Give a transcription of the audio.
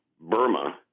Burma